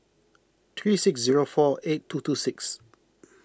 three six zero four eight two two six